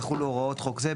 יחולו הוראות חוק זה,